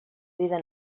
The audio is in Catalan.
vida